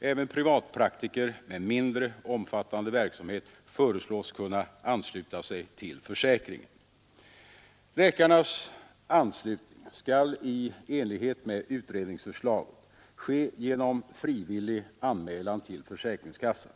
Även privatpraktiker med mindre omfattande verksamhet föreslås kunna ansluta sig till försäkringen. Läkarnas anslutning skall i enlighet med utredningsförslaget ske genom frivillig anmälan till försäkringskassan.